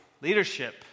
leadership